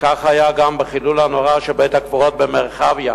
וככה היה גם בחילול הנורא של בית-הקברות במרחביה,